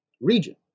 region